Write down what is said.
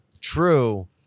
True